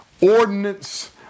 ordinance